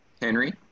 Henry